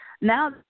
Now